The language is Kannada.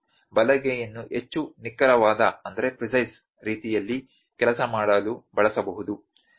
ಬಲಗೈಯನ್ನು ಹೆಚ್ಚು ನಿಖರವಾದ ರೀತಿಯಲ್ಲಿ ಕೆಲಸ ಮಾಡಲು ಬಳಸಬಹುದು